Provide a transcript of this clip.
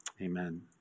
amen